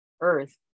earth